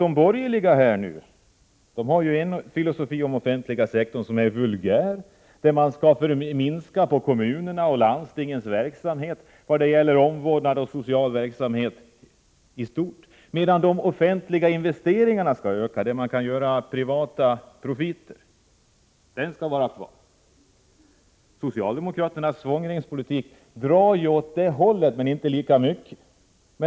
De borgerliga har ju en vulgärfilosofi om offentliga sektorn. Man skall minska kommunernas och landstingens verksamhet vad gäller omvårdnad och social verksamhet i stort, medan de offentliga investeringarna, där man kan göra privata profiter, skall öka. Socialdemokraternas svångremspolitik drar ju åt det hållet, men inte lika mycket.